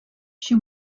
she